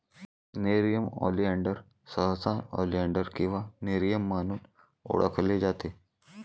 nerium oleander सहसा oleander किंवा nerium म्हणून ओळखले जाते